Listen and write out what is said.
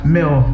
Mill